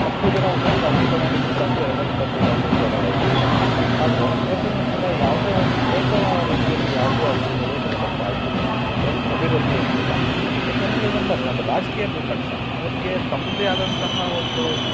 ಅಷ್ಟೂ ಜನ ಒಂದೊಂದು ಹಳ್ಳಿ ತೊಗೊಂಡಿದ್ರೂ ಸಾಕು ಎರಡುನೂರ ಇಪ್ಪತ್ತೈದು ಹಳ್ಳಿ ಉದ್ಧಾರಾಗಿ ಹೋಗಿರೋದ್ ಆದರೆ ಇವತ್ತು ಇನ್ನೂ ಕೂಡ ಯಾವ್ದೇ ಒಂದು ಹೇಳ್ಕೊಳೊ ರೀತಿಯಲ್ಲಿ ಯಾವ್ದೂ ಹಳ್ಳಿಗಳು ಡೆವಲಪ್ ಆಗಲಿಲ್ಲ ಅಂದರೆ ಬೆಳ ಅಭಿವೃದ್ಧಿ ಹೊಂದಿಲ್ಲ ಯಾಕಂದರೆ ಇದು ನಮ್ಮ ನಮ್ಮ ರಾಜಕೀಯ ನಿರ್ಲಕ್ಷ್ಯ ಅವರಿಗೆ ತಮ್ಮದೇ ಆದಂತಹ ಒಂದು